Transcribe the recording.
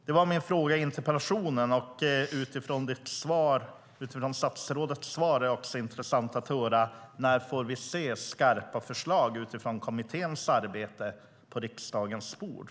Det var min fråga i interpellationen, och utifrån statsrådets svar är det också intressant att höra när vi får se skarpa förslag på riksdagens bord utifrån kommitténs arbete.